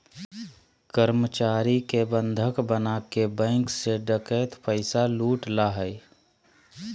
कर्मचारी के बंधक बनाके बैंक से डकैत पैसा लूट ला हइ